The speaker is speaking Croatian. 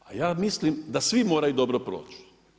A ja mislim da svi moraju dobro proći.